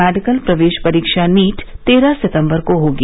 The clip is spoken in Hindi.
मेडिकल प्रवेश परीक्षा नीट तेरह सितम्बर को होगी